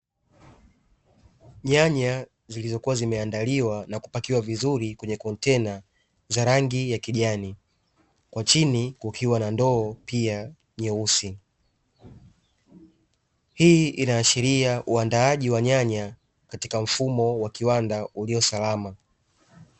Nyanya zilizokuwa zimandaliwa na kupakiwa vizuri kwenye kontena za rangi ya kijani, kwa chini kukiwa na ndoo pia nyeusi. Hii inaashiria uandaaji wa nyanya katika mfumo wa kiwanda ulio salama.